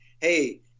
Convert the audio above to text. hey